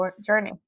journey